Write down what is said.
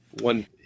one